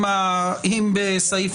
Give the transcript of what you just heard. אם בסעיף